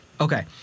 Okay